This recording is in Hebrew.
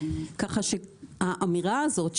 כך שהאמירה הזאת,